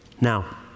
Now